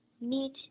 Meet